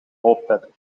hoofdletter